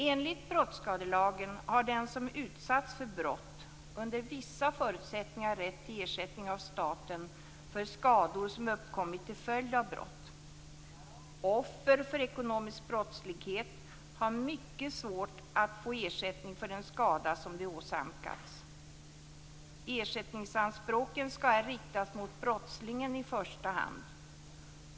Enligt brottsskadelagen har den som utsatts för brott under vissa förutsättningar rätt till ersättning av staten för skador som uppkommit till följd av brott. Offer för ekonomisk brottslighet har mycket svårt att få ersättning för den skada som de åsamkats. Ersättningsanspråken skall här riktas mot brottslingen i första hand.